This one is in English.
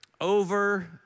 over